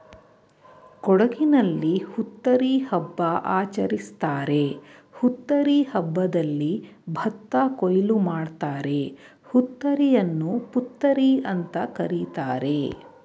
ಕೊಡಗಿನಲ್ಲಿ ಹುತ್ತರಿ ಹಬ್ಬ ಆಚರಿಸ್ತಾರೆ ಹುತ್ತರಿ ಹಬ್ಬದಲ್ಲಿ ಭತ್ತ ಕೊಯ್ಲು ಮಾಡ್ತಾರೆ ಹುತ್ತರಿಯನ್ನು ಪುತ್ತರಿಅಂತ ಕರೀತಾರೆ